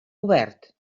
obert